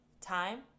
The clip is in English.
Time